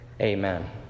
amen